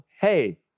hey